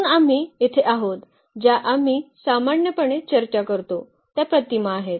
म्हणून आम्ही येथे आहोत ज्या आम्ही सामान्यपणे चर्चा करतो त्या प्रतिमा आहेत